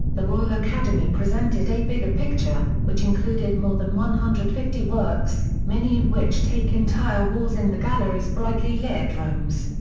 the royal academy presented a bigger picture, which included more than one hundred and fifty works, many of which take entire walls in the gallery's brightly lit rooms.